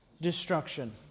destruction